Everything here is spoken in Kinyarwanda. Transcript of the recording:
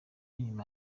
nyuma